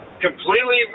Completely